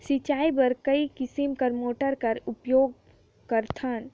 सिंचाई बर कई किसम के मोटर कर उपयोग करथन?